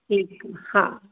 ठीकु हा